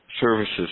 services